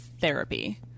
therapy